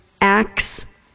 acts